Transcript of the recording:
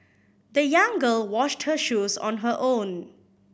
the young girl washed her shoes on her own